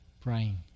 praying